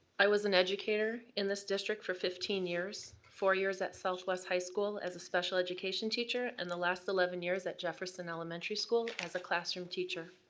i was an educator in this district for fifteen years, four years at southwest high school as a special education teacher, and the last eleven years at jefferson elementary school as a classroom teacher.